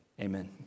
Amen